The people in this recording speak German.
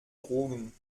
drogen